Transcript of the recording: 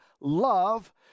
love